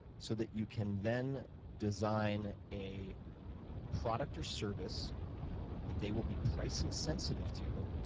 so that you can then design a product or service that they will be price insensitive to,